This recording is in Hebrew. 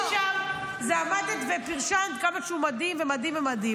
שם זה עמדת ופרשנת כמה שהוא מדהים ומדהים.